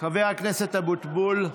חבר הכנסת אבוטבול,